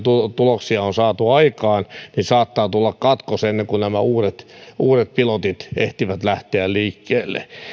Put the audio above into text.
tuloksia on saatu aikaan saattaa tulla katkos ennen kuin nämä uudet uudet pilotit ehtivät lähteä liikkeelle